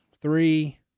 three